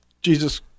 Jesus